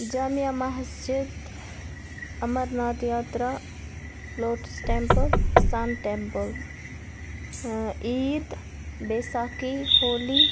Jamia Masjid Amarnath Yatra Lotus Temple Sun Temple Eid Baisakhi Holi